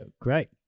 Great